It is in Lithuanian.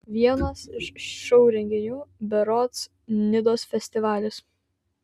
vienas iš šou renginių berods nidos festivalis